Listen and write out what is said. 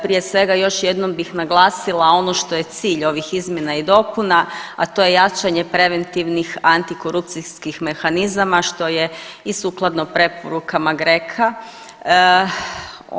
Prije svega još jednom bih naglasila ono što je cilj ovih izmjena i dopuna, a to je jačanje preventivnih antikorupcijskih mehanizama što je i sukladno preporukama GRECO-a.